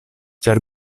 ĉar